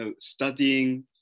studying